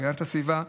להגנת הסביבה,